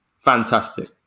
fantastic